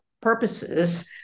purposes